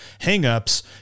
hangups